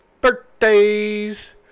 birthdays